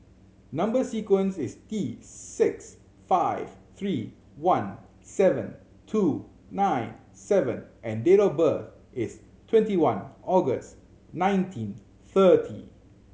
number sequence is T six five three one seven two nine seven and date of birth is twenty one August nineteen thirty